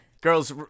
girls